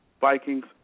Vikings